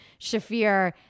Shafir